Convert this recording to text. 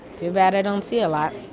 too bad i don't see a lot